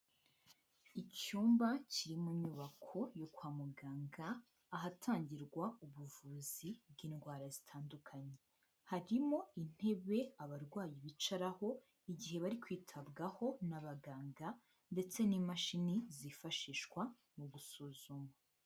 Icyumba kiri mu nyubako yo kwa muganga, ahatangirwa ubuvuzi bw'indwara zitandukanye, harimo intebe abarwayi bicaraho igihe bari kwitabwaho n'abaganga, ndetse n'imashini zifashishwa mu gusuzuma.